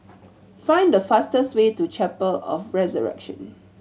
find the fastest way to Chapel of the Resurrection